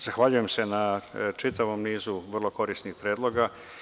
Zahvaljujem se na čitavom nizu vrlo korisnih predloga.